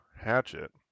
Hatchet